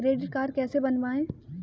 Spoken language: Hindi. क्रेडिट कार्ड कैसे बनवाएँ?